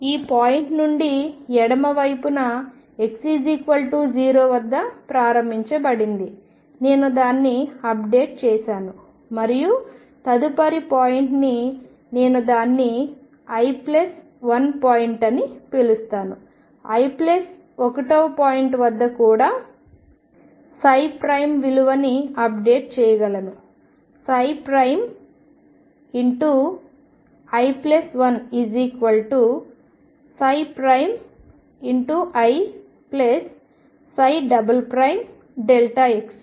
ఈ పాయింట్ నుండి ఎడమ వైపున x0 వద్ద ప్రారంభించబడింది నేను దానిని అప్డేట్ చేశాను మరియు తదుపరి పాయింట్ని నేను దానిని i1 పాయింట్ అని పిలుస్తాను i1 వ పాయింట్ వద్ద కూడా విలువని అప్డేట్ చేయగలను i1 ix